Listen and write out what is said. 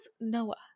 Noah